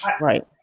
right